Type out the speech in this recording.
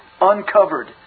Uncovered